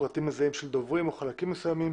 פרטים מזהים של דוברים או חלקים מסוימים